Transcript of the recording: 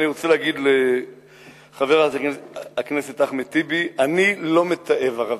אני רוצה להגיד לחבר הכנסת אחמד טיבי: אני לא מתעב ערבים.